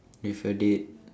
with a date